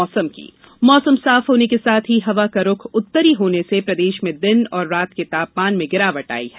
मौसम मौसम साफ होने के साथ ही हवा का रुख उत्तरी होने से प्रदेश में दिन और रात के तापमान में गिरावट आई है